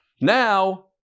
now